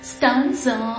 Stanza